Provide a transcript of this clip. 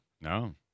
No